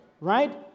right